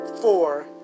four